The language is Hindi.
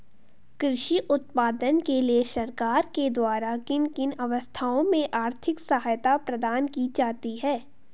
कृषि उत्पादन के लिए सरकार के द्वारा किन किन अवस्थाओं में आर्थिक सहायता प्रदान की जाती है?